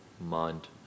mind